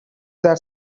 that